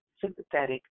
Sympathetic